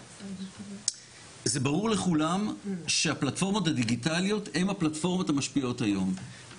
זה ברור לכולם שהפלטפורמות הדיגיטליות הן הפלטפורמות המשפיעות היום.